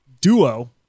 duo